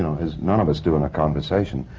know, as none of us do in a conversation.